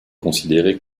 considéré